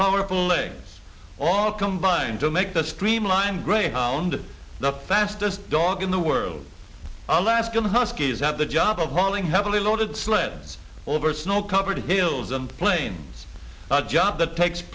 powerful legs all combine to make the streamlined greyhound the fastest dog in the world alaskan huskies at the job of hauling heavily loaded sleds over snow covered hills and plains a job that takes